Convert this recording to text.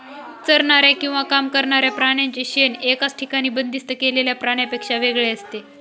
चरणाऱ्या किंवा काम करणाऱ्या प्राण्यांचे शेण एकाच ठिकाणी बंदिस्त केलेल्या प्राण्यांपेक्षा वेगळे असते